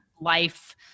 life